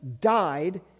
died